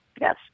Yes